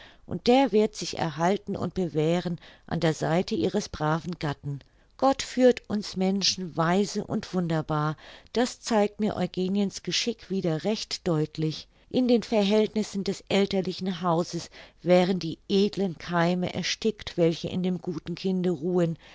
und der wird sich erhalten und bewähren an der seite ihres braven gatten gott führt uns menschen weise und wunderbar das zeigt mir eugeniens geschick wieder recht deutlich in den verhältnissen des elterlichen hauses wären die edlen keime erstickt welche in dem guten kinde ruhen